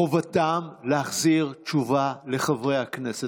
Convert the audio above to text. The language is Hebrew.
חובתם להחזיר תשובה לחברי הכנסת.